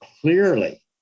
clearly